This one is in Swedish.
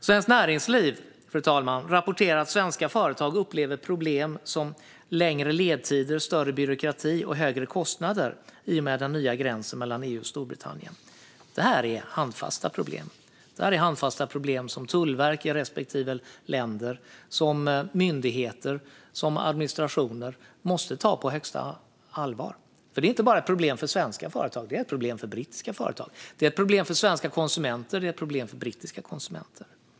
Svenskt Näringsliv rapporterar, fru talman, att svenska företag upplever problem som längre ledtider, ökad byråkrati och högre kostnader i och med den nya gränsen mellan EU och Storbritannien. Detta är handfasta problem, som tullverk, myndigheter och administrationer i respektive länder måste ta på största allvar. Det är inte ett problem bara för svenska utan även för brittiska företag. Det är ett problem för både svenska och brittiska konsumenter.